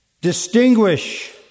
distinguish